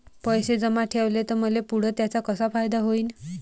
पैसे जमा ठेवले त मले पुढं त्याचा कसा फायदा होईन?